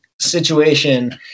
situation